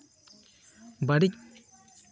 ᱵᱟᱹᱲᱤᱡ